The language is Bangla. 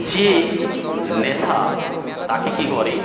যে নেশা তাকে কী করে